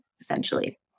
essentially